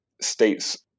states